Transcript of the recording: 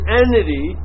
entity